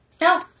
No